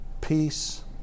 peace